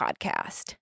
Podcast